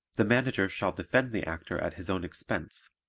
the manager shall defend the actor at his own expense,